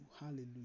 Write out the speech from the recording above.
Hallelujah